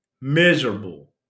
miserable